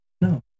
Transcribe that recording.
No